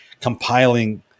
compiling